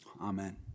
amen